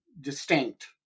distinct